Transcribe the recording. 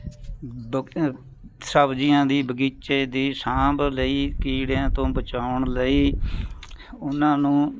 ਸਬਜ਼ੀਆਂ ਦੀ ਬਗੀਚੇ ਦੀ ਸਾਂਭ ਲਈ ਕੀੜਿਆਂ ਤੋਂ ਬਚਾਉਣ ਲਈ ਉਹਨਾਂ ਨੂੰ